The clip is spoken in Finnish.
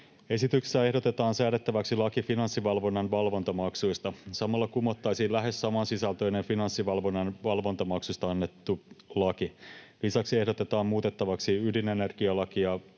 Esityksessä ehdotetaan säädettäväksi laki Finanssivalvonnan valvontamaksuista. Samalla kumottaisiin lähes saman sisältöinen Finanssivalvonnan valvontamaksusta annettu laki. Lisäksi ehdotetaan muutettaviksi ydinenergialakia,